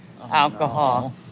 alcohol